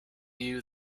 you